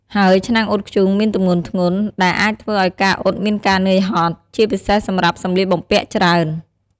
ហើយឆ្នាំងអ៊ុតធ្យូងមានទម្ងន់ធ្ងន់ ដែលអាចធ្វើឲ្យការអ៊ុតមានការនឿយហត់ ជាពិសេសសម្រាប់សម្លៀកបំពាក់ច្រើន។